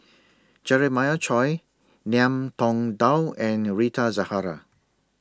Jeremiah Choy Ngiam Tong Dow and Rita Zahara